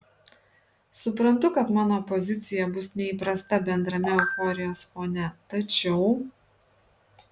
suprantu kad mano pozicija bus neįprasta bendrame euforijos fone tačiau